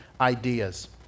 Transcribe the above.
ideas